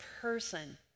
person